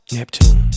Neptune